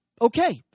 Okay